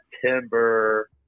September